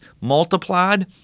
multiplied